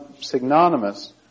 synonymous